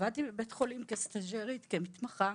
עמדתי בבית חולים כסטז'רית, כמתמחה,